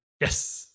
Yes